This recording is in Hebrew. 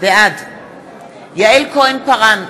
בעד יעל כהן-פארן,